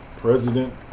President